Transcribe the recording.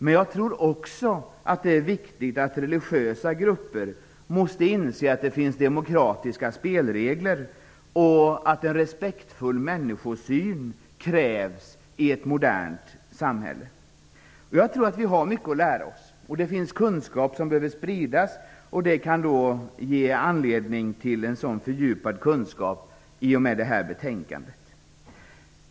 Men jag tror också att det är viktigt att religiösa grupper inser att det finns demokratiska spelregler, och att en respektfull människosyn krävs i ett modernt samhälle. Jag tror att vi har mycket att lära oss. Det finns kunskap som behöver spridas, och detta betänkande kan ge anledning till en sådan fördjupad kunskap.